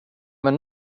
med